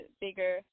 bigger